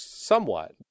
Somewhat